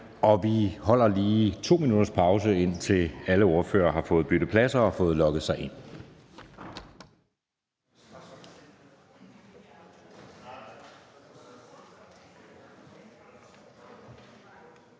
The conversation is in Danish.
Vi holder lige 2 minutters pause, indtil alle ordførere har fået byttet plads og har fået logget sig ind.